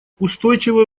устойчивое